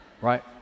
Right